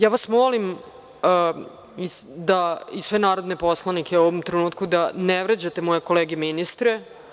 Ja vas molim da i sve narodne poslanike u ovom trenutku da ne vređate moje kolege ministre.